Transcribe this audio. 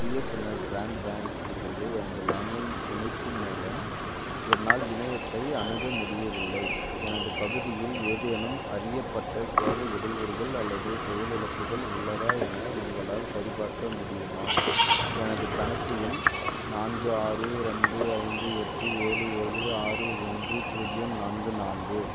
BSNL broadband இலிருந்து எனது landline இணைப்பு மூலம் என்னால் இணையத்தை அணுக முடியவில்லை எனது பகுதியில் ஏதேனும் அறியப்பட்ட சேவை இடையூறுகள் அல்லது செயலிழப்புகள் உள்ளதா என உங்களால் சரிபார்க்க முடியுமா எனது கணக்கு எண் நான்கு ஆறு ரெண்டு ஐந்து எட்டு ஏழு ஏழு ஆறு ஒன்று பூஜ்ஜியம் நான்கு நான்கு